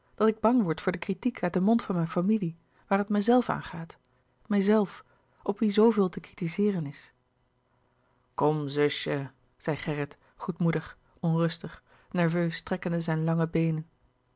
dat ik bang word voor de kritiek uit den mond van mijn familie waar het mijzelf aangaat mijzelf op wie zooveel te kritizeeren is kom zusje zei gerrit goedmoedig onrustig nerveus strekkende zijn lange beenen